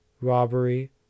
robbery